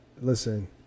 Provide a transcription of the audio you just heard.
Listen